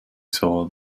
saw